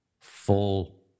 full